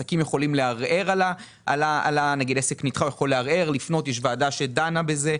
עסק נדחה יכול לערער, לפנות, יש ועדה שדנה בזה.